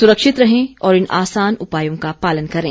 सुरक्षित रहें और इन आसान उपायों का पालन करें